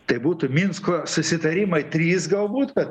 tai būtų minsko susitarimai trys galbūt kad